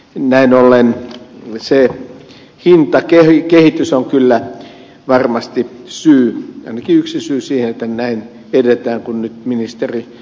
näin ollen se hintakehitys on kyllä varmasti syy ainakin yksi syy siihen että näin edetään kuin nyt ministeri esittelee